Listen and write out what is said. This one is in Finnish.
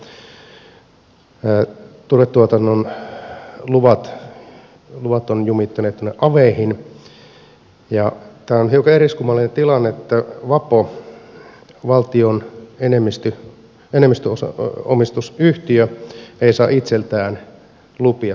turvetuotannon luvat ovat jumittuneet tuonne aveihin ja tämä on hiukan eriskummallinen tilanne että vapo valtion enemmistöomistusyhtiö ei saa itseltään lupia turvetuotantoon